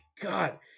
God